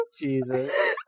Jesus